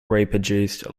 reproduced